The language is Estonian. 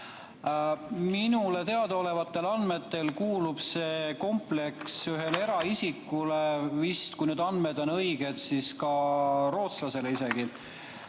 Minule teadaolevatel andmetel kuulub see kompleks vist ühele eraisikule, kui need andmed on õiged, siis isegi rootslasele.